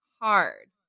hard